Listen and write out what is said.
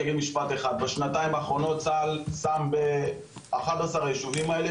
בשנתיים האחרונות צה"ל שם ב-11 היישובים האלה